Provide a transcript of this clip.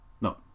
No